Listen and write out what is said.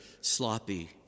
sloppy